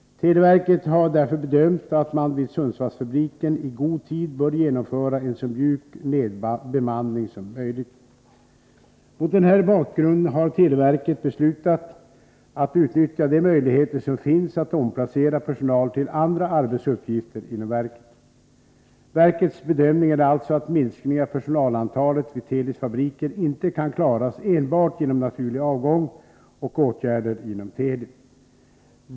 Televerket har därför bedömt att man vid Sundsvallsfabriken i god tid bör genomföra en så mjuk nedbemanning som möjligt. Mot den här bakgrunden har televerket beslutat att utnyttja de möjligheter som finns att omplacera personal till andra arbetsuppgifter inom verket. Verkets bedömning är alltså att minskningen av personalantalet vid Telis fabriker inte kan klaras enbart genom naturlig avgång och åtgärder inom Teli.